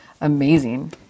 amazing